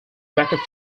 beckett